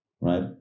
right